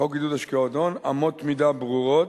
בחוק עידוד השקעות הון אמות מידה ברורות,